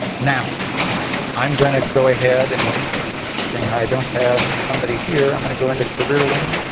now i'm going to go ahead and seeing how i don't have somebody here, i'm going to go into career link,